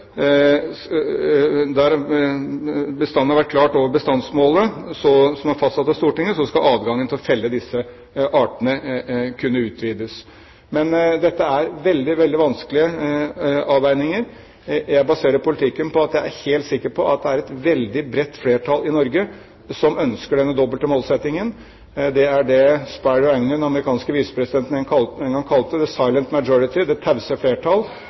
har vært klart over bestandsmålet som er fastsatt av Stortinget, skal adgangen til å felle disse artene kunne utvides. Men dette er veldig vanskelige avveininger. Jeg baserer politikken på at jeg er helt sikker på at det er et veldig bredt flertall i Norge som ønsker denne dobbelte målsettingen. Det er det den amerikanske visepresidenten Spiro Agnew en gang kalte «the silent majority» – det tause flertall.